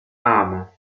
arme